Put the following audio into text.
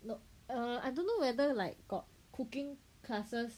no err I don't know whether like got cooking classes